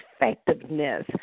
Effectiveness